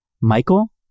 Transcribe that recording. Michael